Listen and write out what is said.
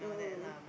mm mm